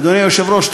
אדוני היושב-ראש,